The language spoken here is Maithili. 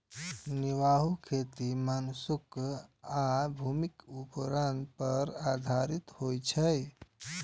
निर्वाह खेती मानसून आ भूमिक उर्वरता पर आधारित होइ छै